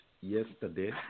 yesterday